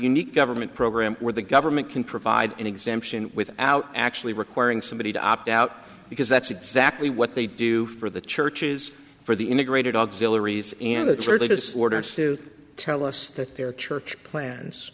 unique government program where the government can provide an exemption without actually requiring somebody to opt out because that's exactly what they do for the churches for the integrated auxilary and certainly disorders to tell us that their church plans